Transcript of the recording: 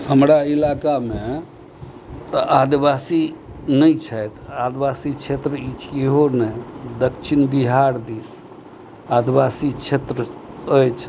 हमरा इलाकामे तऽ आदिवासी नहि छथि आदिवासी क्षेत्र ई छै इहो नहि दक्षिण बिहार दिस आदिवासी क्षेत्र अछि